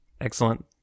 Excellent